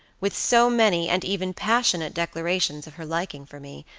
with so many, and even passionate declarations of her liking for me,